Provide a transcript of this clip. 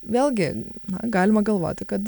vėlgi galima galvoti kad